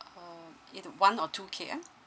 um in one or two K_M